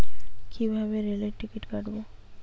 কিভাবে রেলের টিকিট কাটব?